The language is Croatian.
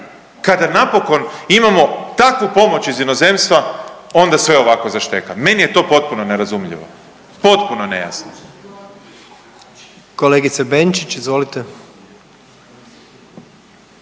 kada napokon imamo takvu pomoć iz inozemstva onda sve ovako zašteka. Meni je to potpuno nerazumljivo, potpuno nejasno. **Jandroković, Gordan